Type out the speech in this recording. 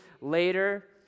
later